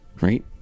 Right